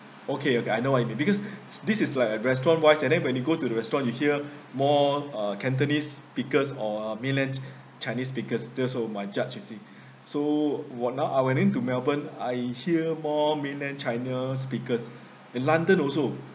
okay okay I know what you mean because this is like a restaurant wise and then when you go to the restaurant you hear more uh cantonese speakers or mainland chinese speakers that's for my judge you see so were now I went into melbourne I hear more mainland china speakers in london also